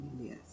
Yes